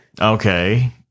Okay